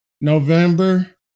November